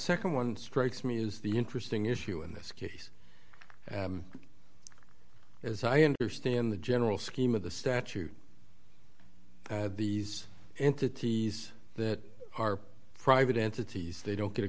that nd one strikes me is the interesting issue in this case as i understand the general scheme of the statute these entities that are private entities they don't get a